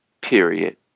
period